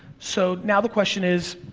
so, now the question is,